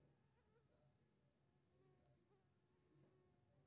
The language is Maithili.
अनुदान उद्यमी केर प्रतिस्पर्धी शक्ति केर विकास करै छै